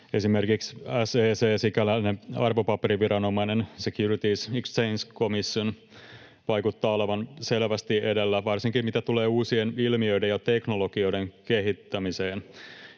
Esimerkiksi SEC, sikäläinen arvopaperiviranomainen, Securities and Exchange Commission, vaikuttaa olevan selvästi edellä varsinkin mitä tulee uusien ilmiöiden ja teknologioiden kehittämiseen.